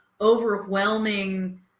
overwhelming